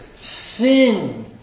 sin